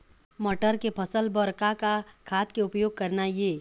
मटर के फसल बर का का खाद के उपयोग करना ये?